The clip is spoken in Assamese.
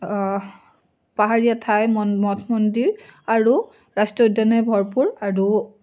পাহাৰীয়া ঠাই মঠ মন্দিৰ আৰু ৰাষ্ট্ৰীয় উদ্যানেৰে ভৰপূৰ আৰু